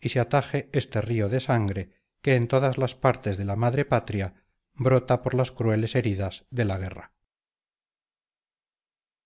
y se ataje este río de sangre que en todas las partes de la madre patria brota por las crueles heridas de la guerra